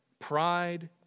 Pride